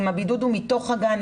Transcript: אם הבידוד הוא מתוך הגן,